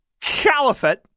caliphate